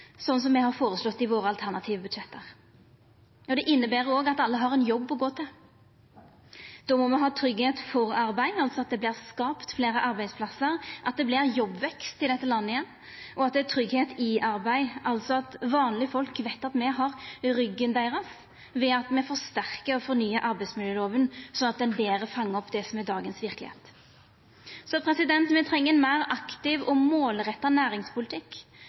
sånn som me har føreslått i våre alternative budsjett. Det inneber òg at alle har ein jobb å gå til. Då må me ha tryggleik for arbeid, altså at det vert skapt fleire arbeidsplassar, at det vert jobbvekst i dette landet igjen, og at det er tryggleik i arbeid, altså at vanlege folk veit at dei har oss i ryggen ved at me forsterkar og fornyar arbeidsmiljøloven slik at ein betre fangar opp det som er dagens verkelegheit. Så me treng ein meir aktiv og målretta næringspolitikk.